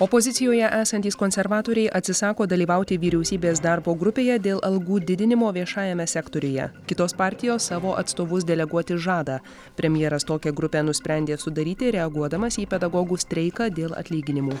opozicijoje esantys konservatoriai atsisako dalyvauti vyriausybės darbo grupėje dėl algų didinimo viešajame sektoriuje kitos partijos savo atstovus deleguoti žada premjeras tokią grupę nusprendė sudaryti reaguodamas į pedagogų streiką dėl atlyginimų